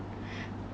like to have